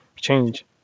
change